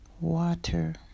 water